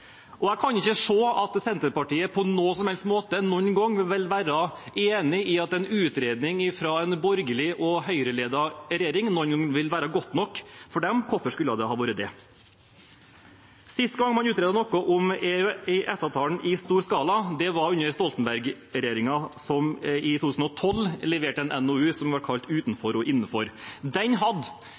Jeg kan ikke se at Senterpartiet på noen som helst måte noen gang vil være enig i at en utredning fra en borgerlig og Høyre-ledet regjering vil være godt nok for dem. Hvorfor skulle det være det? Sist gang man utredet noe om EØS-avtalen i stor skala, var under Stoltenberg-regjeringen, som i 2012 leverte en NOU som ble kalt Utenfor og innenfor. Den hadde,